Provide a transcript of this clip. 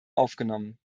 aufgenommen